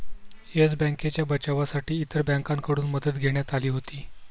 yes बँकेच्या बचावासाठी इतर बँकांकडून मदत घेण्यात आली होती